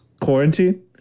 quarantine